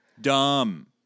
Dumb